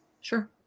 Sure